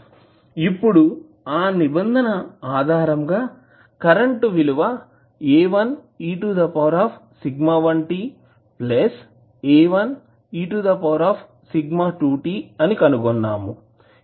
ఇప్పుడు ఆ నిబంధన ఆధారంగా కరెంట్ విలువ A1eσ1t A1eσ2t అని కనుగొన్నము